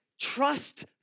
trust